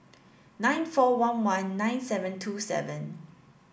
nine four one one nine seven two seven